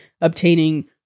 obtaining